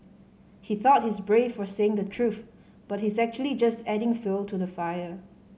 he thought he's brave for saying the truth but he's actually just adding fuel to the fire